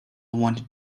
wanted